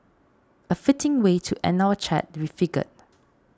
a fitting way to end our chat we figured